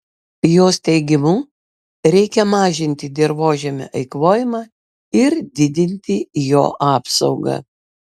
jos teigimu reikia mažinti dirvožemio eikvojimą ir didinti jo apsaugą